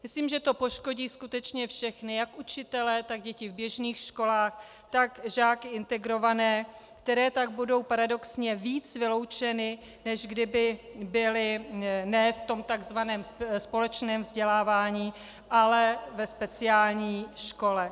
Myslím, že to poškodí skutečně všechny jak učitele, tak děti v běžných školách, tak žáky integrované, kteří tak budou paradoxně víc vyloučeni, než kdyby byli ne v tom takzvaném společném vzdělávání, ale ve speciální škole.